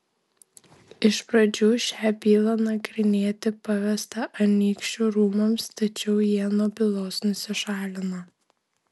iš pradžių šią bylą nagrinėti pavesta anykščių rūmams tačiau jie nuo bylos nusišalino